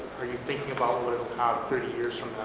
are you thinking about what it'll have thirty years from